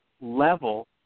level